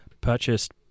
purchased